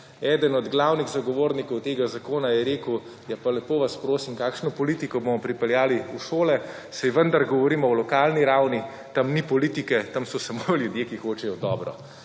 Eden od glavnih zagovornikov tega zakona je rekel, ja pa lepo vas prosim, kakšno politiko bomo pripeljali v šole, saj vendar govorimo o lokalni ravni, tam ni politike, tam so samo ljudje, ki hočejo dobro.